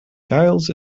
giles